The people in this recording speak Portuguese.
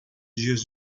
dias